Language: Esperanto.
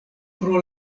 pro